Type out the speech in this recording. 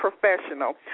professional